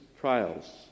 trials